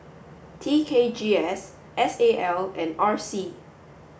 T K G S S A L and R C